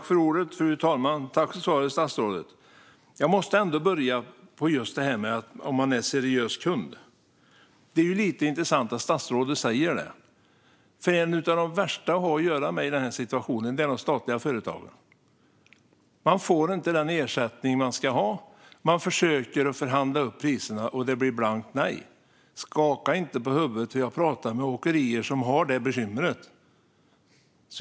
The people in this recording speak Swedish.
Fru talman! Tack för svaret, statsrådet! Jag måste börja med just detta om man är en seriös kund. Det är lite intressant att statsrådet säger det, för bland de värsta att ha att göra med i det här sammanhanget är de statliga företagen. Man får inte den ersättning man ska ha. Man försöker förhandla upp priserna, och det blir blankt nej. Skaka inte på huvudet, statsrådet, för jag har pratat med åkerier som har det bekymret.